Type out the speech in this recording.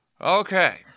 Okay